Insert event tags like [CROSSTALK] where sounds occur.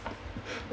[LAUGHS]